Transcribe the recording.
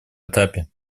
этапе